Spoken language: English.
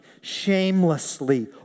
shamelessly